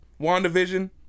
WandaVision